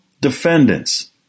defendants